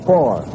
four